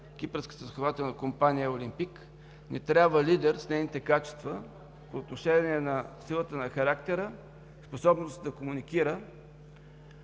кипърската застрахователна компания „Олимпик“, ни трябва лидер с нейните качества по отношение на силата на характера, способността да комуникира